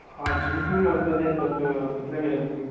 किं किं वर्तते तत् कुत्र मिलति